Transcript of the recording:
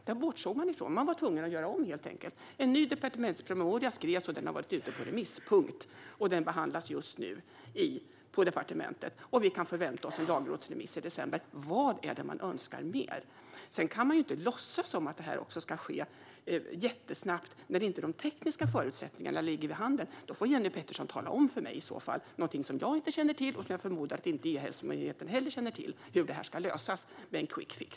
Man var helt enkelt tvungen att göra om det här. En ny departementspromemoria skrevs, och den har varit ute på remiss. Punkt. Den behandlas just nu på departementet, och vi kan förvänta oss en lagrådsremiss i december. Vad mer är det oppositionen önskar? Det går heller inte att låtsas som om detta ska ske jättesnabbt när de tekniska förutsättningarna inte finns till hands. Då får Jenny Petersson i så fall tala om för mig om det är något jag inte känner till, och jag förmodar att inte heller E-hälsomyndigheten känner till hur det här ska kunna lösas med en quickfix.